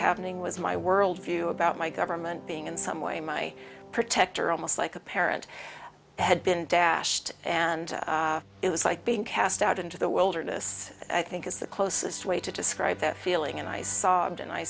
happening was my world view about my government being in some way my protector almost like a parent had been dashed and it was like being cast out into the wilderness i think is the closest way to describe the feeling and i saw